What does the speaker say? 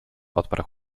odparł